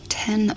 ten